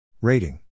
Rating